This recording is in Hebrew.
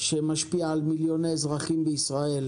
שמשפיעה על מיליוני אזרחים בישראל,